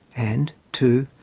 and, too,